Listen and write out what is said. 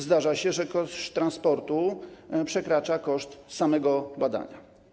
Zdarza się, że koszt transportu przekracza koszt samego badania.